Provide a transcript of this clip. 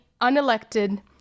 unelected